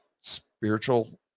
spiritual